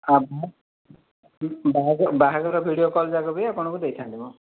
ଆଉ ବାହାଘର ଭିଡ଼ିଓ କଲ୍ଯାକ ବି ଆପଣଙ୍କୁ ଦେଇଥାନ୍ତିି ମ